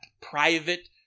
private